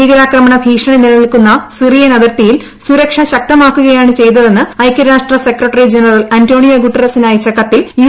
ഭീകരാക്രമണ ഭീഷണി നിലനിൽക്കുന്ന സിറിയൻ അതിർത്തിയിൽ സൂരക്ഷ ശക്തമാക്കുകയാണ് ചെയ്തതെന്ന് ഐകൃരാഷ്ട്ര സെക്രട്ടറി ജനറൽ അന്റോണിയ ഗുട്ടറസിന് അയച്ച കത്തിൽ യു